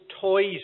toys